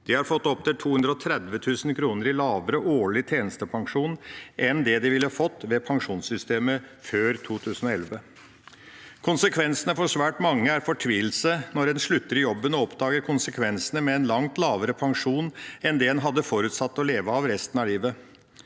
De har fått opptil 230 000 kr i lavere årlig tjenestepensjon enn det de ville fått ved pensjonssystemet før 2011. Svært mange blir fortvilet når en slutter i jobben og oppdager konsekvensene med en langt lavere pensjon enn det en hadde forutsatt å leve av resten av livet.